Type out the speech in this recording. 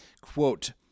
quote